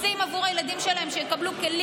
רוצים בעבור הילדים שלהם כלים,